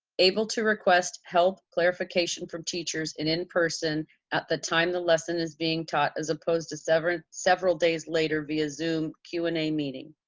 able to request help, clarification from teachers and in person at the time the lesson is being taught as opposed to several several days later via zoom q and a meeting.